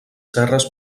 serres